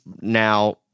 now